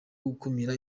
gukumira